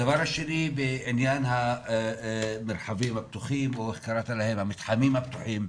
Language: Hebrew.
הדבר השני בעניין המרחבים הפתוחים או המתחמים הפתוחים.